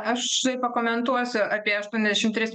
aš pakomentuosiu apie aštuoniasdešim tris